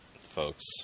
folks